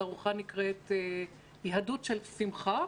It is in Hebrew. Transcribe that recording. התערוכה נקראת "יהדות של שמחה".